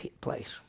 place